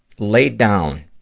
laid down,